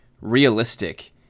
realistic